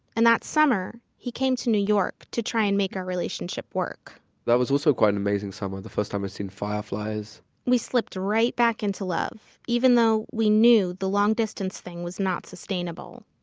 and that summer, he came to new york to try and make our relationship work that was also quite an amazing summer, the first time i'd seen fireflies we slipped right back into love, even though we knew the long distance thing was not sustainable.